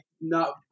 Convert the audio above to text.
not-